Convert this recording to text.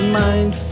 mind